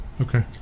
okay